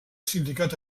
sindicat